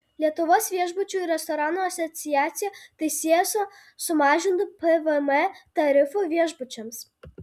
lietuvos viešbučių ir restoranų asociacija tai sieja su sumažintu pvm tarifu viešbučiams